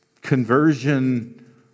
conversion